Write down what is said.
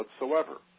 whatsoever